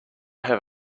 have